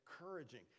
encouraging